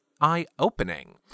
eye-opening